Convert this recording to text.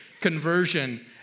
conversion